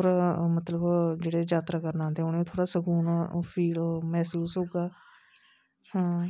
और मतलब जेहडे़ यात्रा करन आंदे थोह्डा़ सकून फील महसूस होगा हां